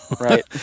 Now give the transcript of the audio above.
right